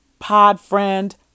Podfriend